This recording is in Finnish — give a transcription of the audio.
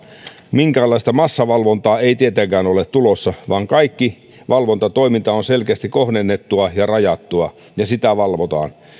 minkäänlaista massavalvontaa ei tietenkään ole tulossa vaan kaikki valvonta toiminta on selkeästi kohdennettua ja rajattua ja sitä valvotaan